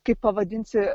kaip pavadinsi